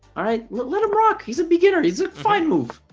ah let let him rock he's a beginner he's a fine move